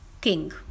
king